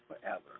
forever